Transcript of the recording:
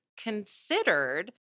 considered